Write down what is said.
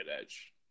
edge